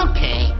Okay